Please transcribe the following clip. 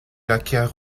acquiert